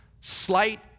slight